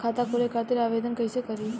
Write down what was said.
खाता खोले खातिर आवेदन कइसे करी?